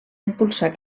impulsar